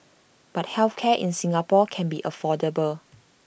but health care in Singapore can be affordable